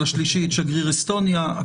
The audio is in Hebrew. לשלישי את שגריר אסטוניה.